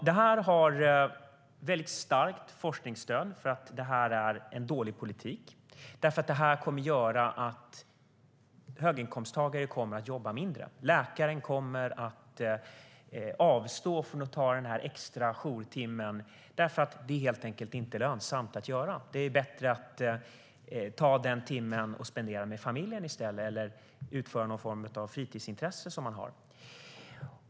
Det finns ett starkt forskningsstöd för att det här är en dålig politik, för detta kommer att göra att höginkomsttagare kommer att jobba mindre. Läkaren kommer att avstå från att ta den extra jourtimmen för att det helt enkelt inte är lönsamt. Det är bättre att spendera den timmen med familjen i stället eller att ägna sig åt någon form av fritidsintresse som man har.